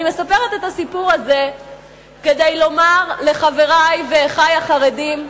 אני מספרת את הסיפור הזה כדי לומר לחברי ואחי החרדים,